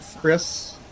Chris